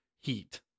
heat